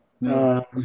No